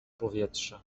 powietrza